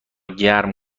گرم